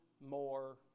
more